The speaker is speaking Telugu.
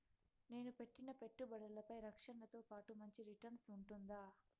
నేను పెట్టిన పెట్టుబడులపై రక్షణతో పాటు మంచి రిటర్న్స్ ఉంటుందా?